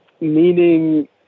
meaning